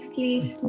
Please